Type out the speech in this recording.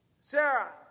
Sarah